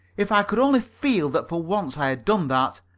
if i could only feel that for once i had done that,